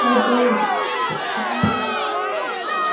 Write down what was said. हजुर ल्या